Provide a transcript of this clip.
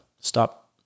stop